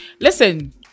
listen